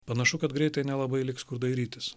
panašu kad greitai nelabai liks kur dairytis